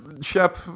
Shep